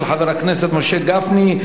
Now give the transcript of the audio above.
של חבר הכנסת משה גפני.